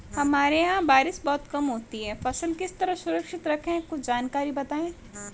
हमारे यहाँ बारिश बहुत होती है फसल किस तरह सुरक्षित रहे कुछ जानकारी बताएं?